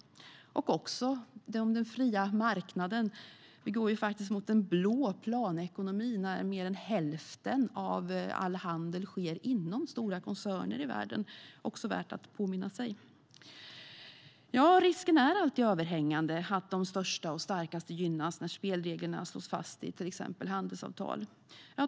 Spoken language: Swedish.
Det gäller också den fria marknaden - vi går faktiskt mot en blå planekonomi när mer än hälften av all handel sker inom stora koncerner i världen. Det är värt att påminna om. Ja, risken är alltid överhängande att de största och starkaste gynnas när spelreglerna slås fast i till exempel handelsavtal.